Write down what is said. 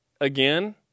again